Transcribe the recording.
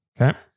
Okay